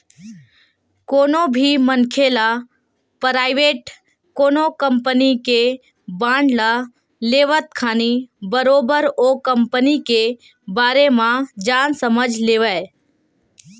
कोनो भी मनखे ल पराइवेट कोनो कंपनी के बांड ल लेवत खानी बरोबर ओ कंपनी के बारे म जान समझ लेवय